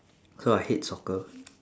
so I hate soccer